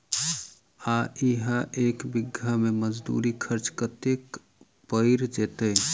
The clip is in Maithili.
आ इहा एक बीघा मे मजदूरी खर्च कतेक पएर जेतय?